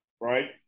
Right